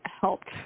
helped